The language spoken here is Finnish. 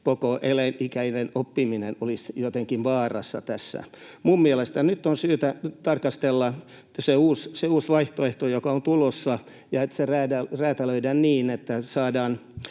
koko elinikäinen oppiminen olisi jotenkin vaarassa tässä. Minun mielestäni nyt on syytä tarkastella sitä uutta vaihtoehtoa, joka on tulossa, ja että räätälöidään niin, että saadaan